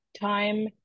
time